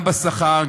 גם בשכר,